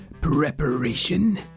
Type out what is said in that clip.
preparation